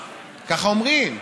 לקנות?